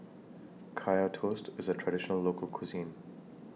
Kaya Toast IS A Traditional Local Cuisine